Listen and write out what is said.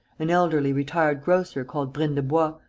an elderly retired grocer called brindebois,